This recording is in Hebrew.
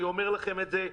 אני אומר לכם את זה.